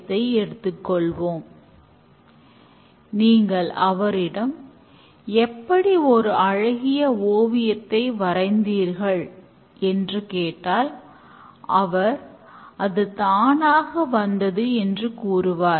இங்கு இன்கிரிமென்ட் காலம் ஒரு மாதம் அது ஸ்பரின்ட் என அழைக்கப்படுகிறது